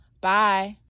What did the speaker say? Bye